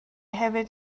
hefyd